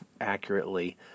accurately